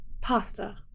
pasta